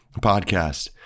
podcast